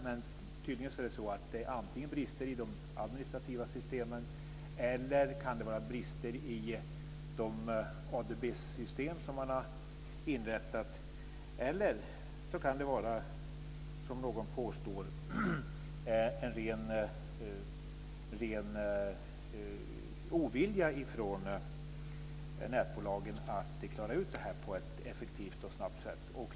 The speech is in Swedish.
Men tydligen finns det antingen brister i de administrativa systemen eller brister i de ADB-system som man har inrättat. Eller så kan det, som någon påstår, vara en ren ovilja från nätbolagen att klara ut detta på ett effektivt och snabbt sätt.